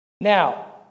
Now